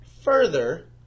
further